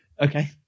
Okay